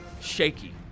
shaky